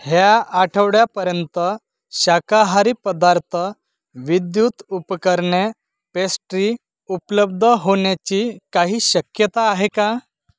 ह्या आठवड्या पर्यंत शाकाहारी पदार्थ विद्युत उपकरणे पेस्ट्री उपलब्ध होण्याची काही शक्यता आहे का